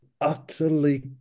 utterly